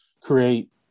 create